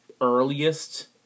earliest